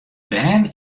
bern